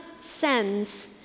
sends